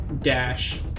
dash